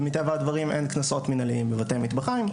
ומטבע הדברים אין קנסות מנהליים בבתי מטבחיים,